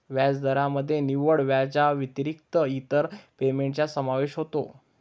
व्याजदरामध्ये निव्वळ व्याजाव्यतिरिक्त इतर पेमेंटचा समावेश होतो